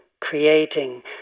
creating